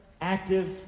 active